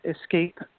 escape